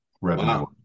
Revenue